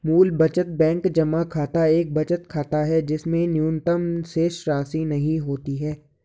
मूल बचत बैंक जमा खाता एक बचत खाता है जिसमें न्यूनतम शेषराशि नहीं होती है